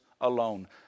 alone